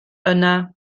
yna